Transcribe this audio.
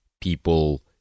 people